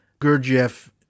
Gurdjieff